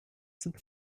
sind